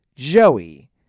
Joey